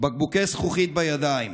בקבוקי זכוכית בידיים.